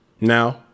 Now